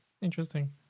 interesting